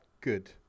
Good